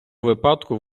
випадку